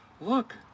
Look